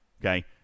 Okay